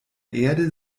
erde